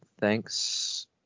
thanks